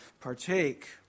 partake